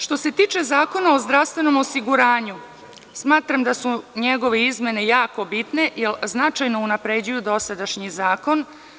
Što se tiče Zakona o zdravstvenom osiguranju, smatram da su njegove izmene jako bitne jer značajno unapređuju dosadašnji zakon.